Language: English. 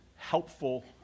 Helpful